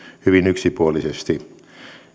hyvin yksipuolisesti